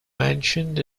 mentioned